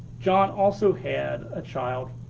john also had a child.